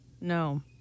No